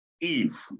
Eve